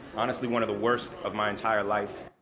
honestly, one of the worst of my entire life.